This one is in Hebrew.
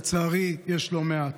לצערי יש לא מעט.